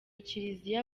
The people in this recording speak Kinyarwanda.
kiliziya